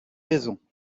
raison